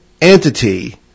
entity